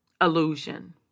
illusion